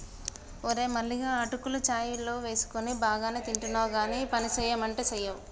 ఓరే మల్లిగా అటుకులు చాయ్ లో వేసుకొని బానే తింటున్నావ్ గానీ పనిసెయ్యమంటే సెయ్యవ్